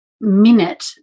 minute